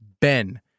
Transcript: Ben